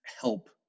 help